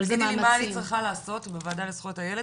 אבל זה מאמצים --- תגידי לי מה אני צריכה לעשות בוועדה לזכויות הילד,